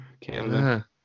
Canada